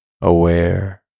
aware